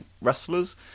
wrestlers